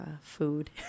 food